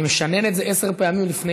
אני משנן את זה עשר פעמים לפני,